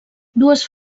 dues